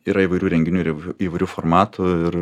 yra įvairių renginių ir įvairių formatų ir